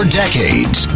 decades